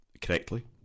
correctly